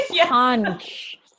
punch